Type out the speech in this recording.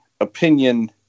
opinion